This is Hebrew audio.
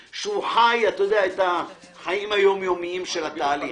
צריך להוציא את זה מהגורם שחי את החיים היומיומיים של התהליך.